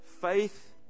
faith